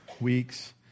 weeks